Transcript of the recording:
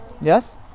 Yes